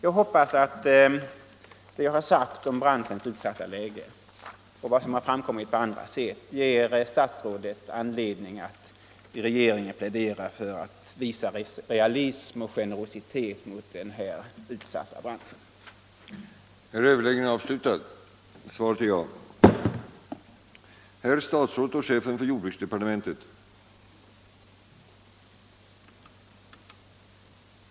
Jag hoppas att vad jag har sagt och vad som har framkommit på andra sätt ger statsrådet anledning att i regeringen plädera för att den här utsatta branschen visas generositet. § 7 Om de planerade kraftverksbyggena i Ångermanälven Nr 17 Torsdagen den Herr jordbruksministern LUNDK VIST erhöll ordet för att besvara herr 6 februari 1975 Nygrens i kammarens protokoll för den 21 januari intagna fråga, nr lair 41, och anförde: Om de planerade Herr talman!